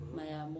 Maya